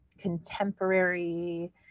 contemporary